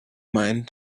mind